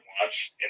wants